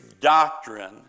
doctrine